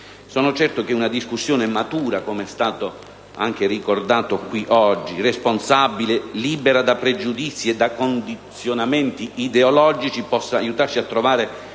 Sono certo che una discussione matura, come è stato anche qui ricordato oggi, responsabile e libera da pregiudizi e da condizionamenti ideologici possa aiutarci a trovare